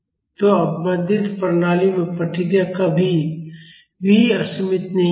तो अवमंदित प्रणालियों में प्रतिक्रिया कभी भी असीमित नहीं होगी